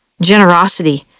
generosity